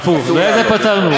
איזה פתרנו?